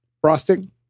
frosting